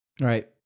Right